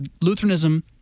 Lutheranism